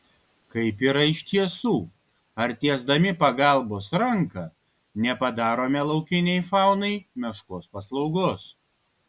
kaip yra iš tiesų ar tiesdami pagalbos ranką nepadarome laukiniai faunai meškos paslaugos